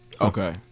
Okay